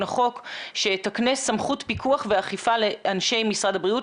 החוק שתקנה סמכות פיקוח ואכיפה לאנשי משרד הבריאות,